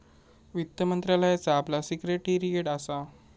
वित्त मंत्रालयाचा आपला सिक्रेटेरीयेट असा